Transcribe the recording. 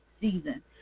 season